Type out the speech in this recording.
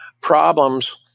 problems